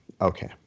Okay